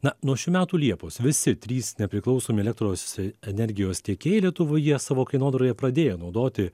na nuo šių metų liepos visi trys nepriklausomi elektros energijos tiekėjai lietuvoje savo kainodaroje pradėjo naudoti